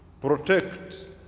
protect